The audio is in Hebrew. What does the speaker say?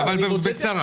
אבל בקצרה.